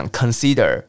consider